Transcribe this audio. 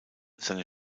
seine